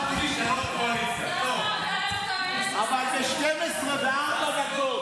--- אבל ב-12:04,